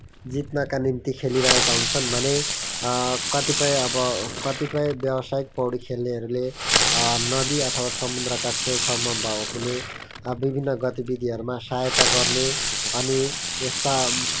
जिल्नका निम्ति खेलिरहेका हुन्छन् भने कतिपय अब कतिपय व्यावसायिक पौडी खेल्नेहरूले नदी अथवा समुद्रका छेउछाउमा भए हुने अब विभिन्न गतिविधिहरूमा सहायता गर्ने अनि यस्ता